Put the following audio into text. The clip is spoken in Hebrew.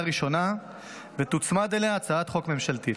ראשונה ותוצמד אליה הצעת חוק ממשלתית.